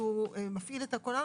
שמפעיל את הכונן,